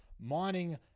Mining